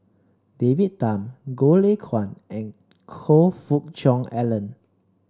David Tham Goh Lay Kuan and Choe Fook Cheong Alan